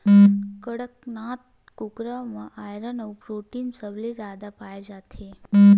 कड़कनाथ कुकरा म आयरन अउ प्रोटीन सबले जादा पाए जाथे